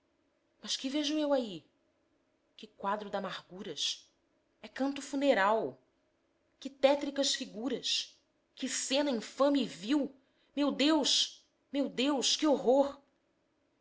mas que vejo eu aí que quadro d'amarguras é canto funeral que tétricas figuras que cena infame e vil meu deus meu deus que horror